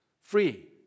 free